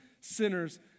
sinners